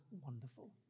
wonderful